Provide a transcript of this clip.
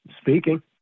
Speaking